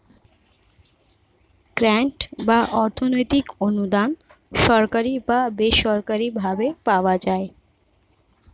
grant বা অর্থনৈতিক অনুদান সরকারি বা বেসরকারি ভাবে পাওয়া যায়